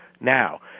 now